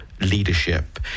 leadership